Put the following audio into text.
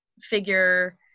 figure